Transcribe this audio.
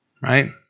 right